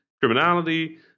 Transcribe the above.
criminality